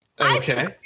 Okay